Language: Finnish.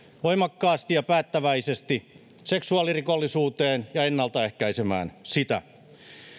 voimakkaasti ja päättäväisesti seksuaalirikollisuuteen ja ennaltaehkäisemään sitä